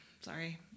Sorry